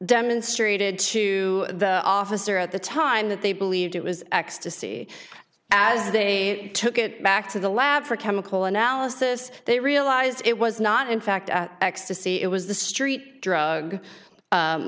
demonstrated to the officer at the time that they believed it was ecstasy as they took it back to the lab for chemical analysis they realized it was not in fact ecstasy it was the street drug